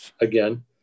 again